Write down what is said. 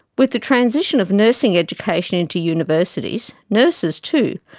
with the transition of nursing education into universities, nurses, too,